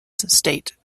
state